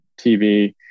TV